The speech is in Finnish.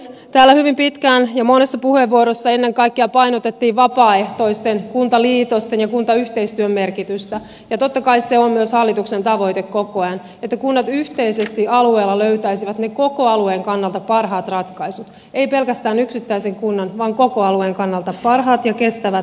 täällä hyvin pitkään ja monessa puheenvuorossa ennen kaikkea painotettiin vapaaehtoisten kuntaliitosten ja kuntayhteistyön merkitystä ja totta kai se on myös hallituksen tavoite koko ajan että kunnat yhteisesti alueella löytäisivät ne koko alueen kannalta parhaat ratkaisut ei pelkästään yksittäisen kunnan vaan koko alueen kannalta parhaat ja kestävät ratkaisut